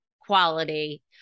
quality